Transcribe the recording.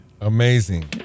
Amazing